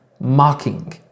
Mocking